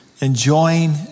enjoying